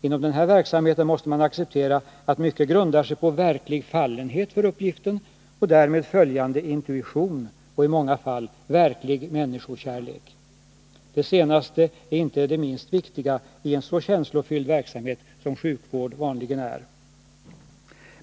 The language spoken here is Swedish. Inom den här verksamheten måste man acceptera att mycket grundar sig på verklig fallenhet för uppgiften och därmed följande intuition och — i många fall — verklig människokärlek. Det senaste är inte det minst viktiga i en så känslofylld verksamhet som sjukvård vanligen är.